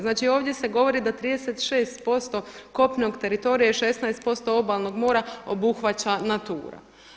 Znači, ovdje se govori da 36% kopnenog teritorija i 16% obalnog mora obuhvaća NATURA.